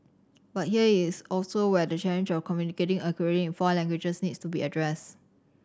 but here is also where the challenge of communicating accurately in four languages needs to be addressed